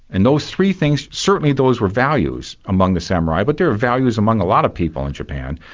and those three things certainly those were values among the samurai, but they were values among a lot of people in japan,